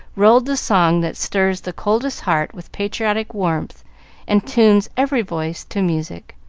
rolled the song that stirs the coldest heart with patriotic warmth and tunes every voice to music.